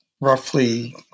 roughly